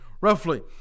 Roughly